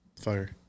Fire